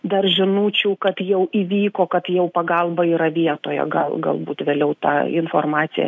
dar žinučių kad jau įvyko kad jau pagalba yra vietoje gal galbūt vėliau tą informaciją